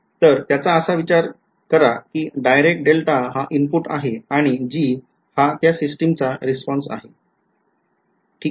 तर त्याचा असा विचार कर कि डायरेक्ट डेल्टा हा इनपुट आहे आणि g हा त्या सिस्टिमचा रिस्पॉन्स आहे ठीक आहे